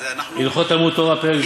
הלכות תלמוד תורה פרק ד'?